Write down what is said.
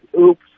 oops